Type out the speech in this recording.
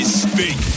speak